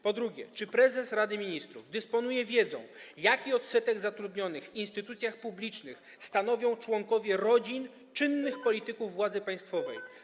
Po drugie, czy prezes Rady Ministrów dysponuje wiedzą, jaki odsetek zatrudnionych w instytucjach publicznych stanowią członkowie rodzin czynnych polityków, władzy państwowej?